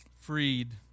Freed